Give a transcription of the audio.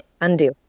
undo